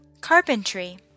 carpentry